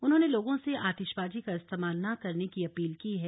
उन्होने लोगों से आतिशबाजी का इस्तेमाल न करने की अपील की है